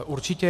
Určitě.